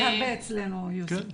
אצלנו יש רבים כאלה.